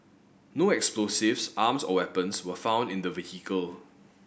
no explosives arms or weapons were found in the vehicle